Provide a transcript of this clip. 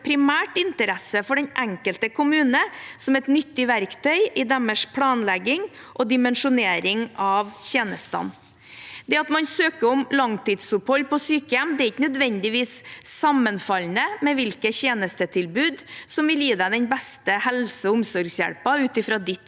primært interesse for den enkelte kommune som et nyttig verktøy i deres planlegging og dimensjonering av tjenestene. Det at man søker om langtidsopphold på sykehjem er ikke nødvendigvis sammenfallende med hvilke tjenestetilbud som vil gi deg den beste helse- og omsorgshjelpen ut fra ditt